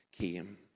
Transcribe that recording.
came